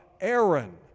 Aaron